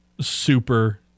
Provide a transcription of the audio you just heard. super